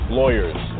lawyers